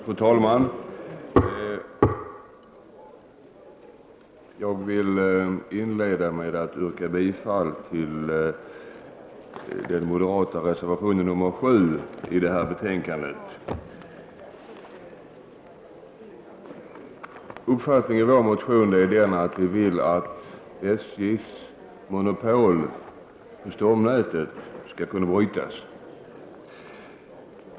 Fru talman! Jag vill inleda med att yrka bifall till moderaternas reservation nr 7 som är fogad till detta betänkande. Den uppfattning som uttrycks i vår motion är att SJ:s monopol när det gäller stomnätet skall brytas.